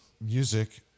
music